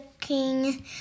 king